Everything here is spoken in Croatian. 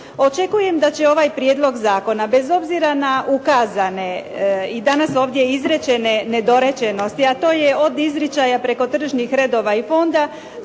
Očekujem da će ovaj prijedlog zakona bez obzira na ukazane i danas ovdje izrečene nedorečenosti, a to je ovdje izričaja preko tržišnih redova i fonda